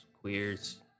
queers